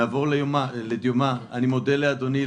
נעבור לדיומא: אני מודה לאדוני,